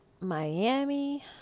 Miami